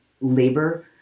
labor